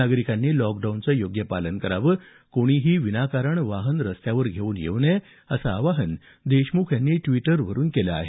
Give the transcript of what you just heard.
नागरिकांनी लॉकडाऊनचं योग्य पालन करावं कोणीही विनाकारण वाहनं रस्त्यावर घेऊन येऊ नये असं आवाहन देशमुख यांनी ट्वीटरवरून केलं आहे